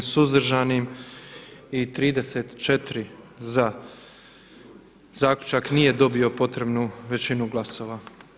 suzdržanim i 34 za zaključak nije dobio potrebnu većinu glasova.